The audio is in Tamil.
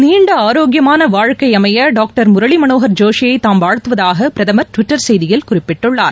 நீண்ட ஆரோக்கியமான வாழ்க்கை அமைய டாக்டர் முரளி மனோகர் ஜோஷியை தாம் வாழ்த்துவதாக பிரதமர் டுவிட்டர் செய்தியில் குறிப்பிட்டுள்ளார்